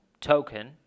token